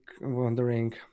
wondering